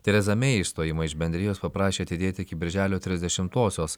tereza mei išstojimą iš bendrijos paprašė atidėti iki birželio trisdešimtosios